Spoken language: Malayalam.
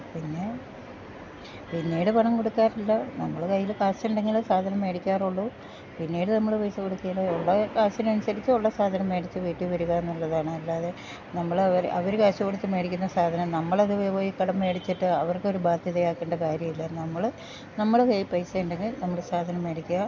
പിന്നെ പിന്നീട് പണം കൊട്ക്കാറില്ല നമ്മള കയ്യില് കാശ്ണ്ടെങ്കില് സാധനം മേടിക്കാറുള്ളു പിന്നീട് നമ്മള് പൈസ കൊട്ക്കേല ഒള്ള കാശിനൻസരിച്ച് ഒള്ള സാധനം മേടിച്ച് വീട്ടി വെര്കാന്നുള്ളതാണല്ലാതെ നമ്മളവര് അവര് കാശ് കൊട്ത്ത് മേടിക്ക്ന്ന സാധനം നമ്മളത് പോയി കടം മേടിച്ചിട്ട് അവർക്കൊര് ബാധ്യതയാക്കണ്ട കാര്യ ഇല്ലാര്ന്ന് നമ്മള് നമ്മള കൈയ്യി പൈസയ്ണ്ടെങ്ക് നമ്മള് സാധനം മേടിക്ക്യ